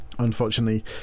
Unfortunately